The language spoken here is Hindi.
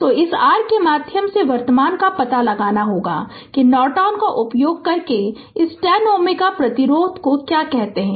तो इस r के माध्यम से वर्तमान का पता लगाना होगा कि नॉर्टन प्रमेय का उपयोग करके इस 10 Ω प्रतिरोध को क्या कहते हैं